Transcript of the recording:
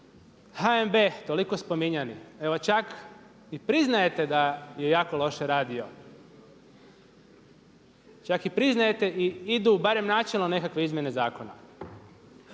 HNB toliko spominjan. Evo čak i priznajete da je jako loše radio. Čak i priznajete i idu barem načelno nekakve izmjene zakona.